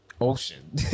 ocean